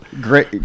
Great